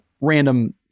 random